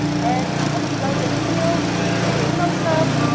and i hope you liked the video, give me a thumbs up.